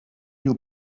you